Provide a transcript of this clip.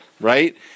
right